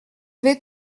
vais